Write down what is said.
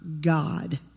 God